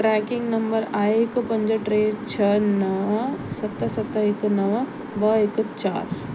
tracking number आहे हिकु पंज टे छह नव सत सत हिकु नव ॿ हिकु चार